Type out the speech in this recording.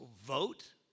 vote